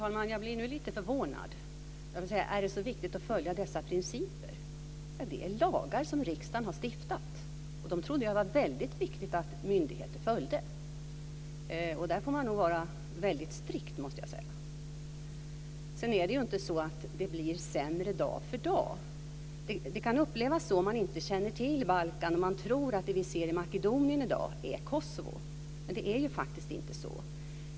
Fru talman! Jag blir lite förvånad. Per Lager säger: Är det så viktigt att följa dessa principer? Det är lagar som riksdagen har stiftat, och dem trodde jag det var väldigt viktigt att myndigheter följde. Där får man nog vara väldigt strikt. Det är inte så att det blir sämre dag för dag. Det kan upplevas så om man inte känner till Balkan och tror att det vi ser i Makedonien i dag är i Kosovo. Det är faktiskt inte så.